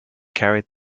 carried